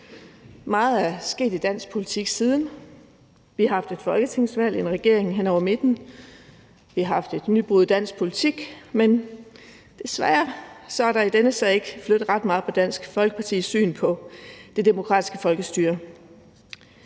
Meget er sket i dansk politik siden. Vi har haft et folketingsvalg og fået en regering hen over midten. Vi har haft et nybrud i dansk politik, men desværre er der i denne sag ikke flyttet ret meget på Dansk Folkepartis syn på det demokratiske folkestyre.